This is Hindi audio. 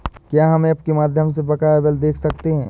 क्या हम ऐप के माध्यम से बकाया बिल देख सकते हैं?